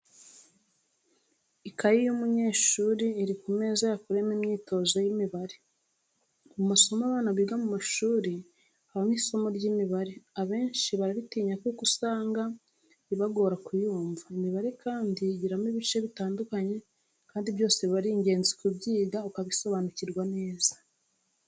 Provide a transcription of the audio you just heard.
Ikaye y'umunyeshuri iri ku meza yakoreyemo imyitozo y'imibare, mu masomo abana biga mu mashuri habamo isomo ry'imibare, abenshi bararitinya kuko usanga ibagora kuyumva. Imibare kandi igiramo ibice bitandukanye kandi byose biba ari ingenzi kubyiga ukabisobanukirwa neza.